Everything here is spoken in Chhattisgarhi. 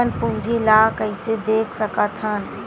अपन पूंजी ला कइसे देख सकत हन?